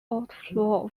outflow